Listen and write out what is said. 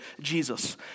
Jesus